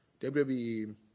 WWE